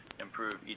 improve